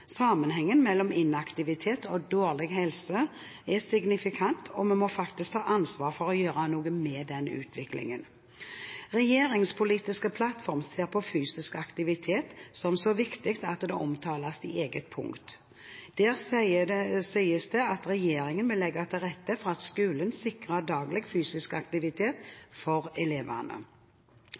Sammenhengen mellom inaktivitet og dårlig helse er signifikant, og vi må faktisk ta ansvar for å gjøre noe med denne utviklingen. Regjeringens politiske plattform ser på fysisk aktivitet som så viktig at det omtales i et eget punkt. Der sies det at regjeringen vil legge til rette for at skolen sikrer daglig fysisk aktivitet for elevene.